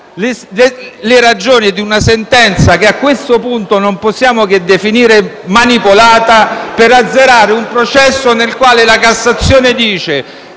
le ragioni di una sentenza, che a questo punto non possiamo che definire manipolata, per azzerare un processo nel quale la Cassazione dice